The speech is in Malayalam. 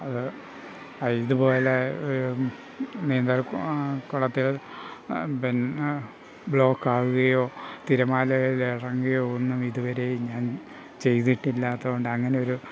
അത് ഇതുപോലെ നീന്തൽ കുളത്തിൽ പിന്നെ ബ്ലോക്കാകുകയോ തിരമാലകളിൽ ഇറങ്ങുകയോ ഒന്നും ഇതുവരെയും ഞാൻ ചെയ്തിട്ടില്ലാത്തത് കൊണ്ട് അങ്ങനെ ഒരു